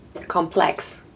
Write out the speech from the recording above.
Complex